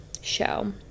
show